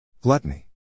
Gluttony